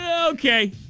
Okay